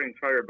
fire